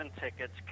tickets